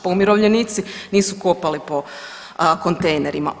Pa umirovljenici nisu kopali po kontejnerima.